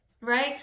right